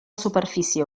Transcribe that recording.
superfície